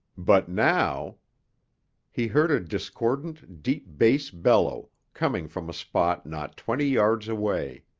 but now he heard a discordant, deep bass bellow, coming from a spot not twenty yards away.